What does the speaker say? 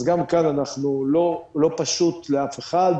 אז גם כאן לא פשוט לאף אחד.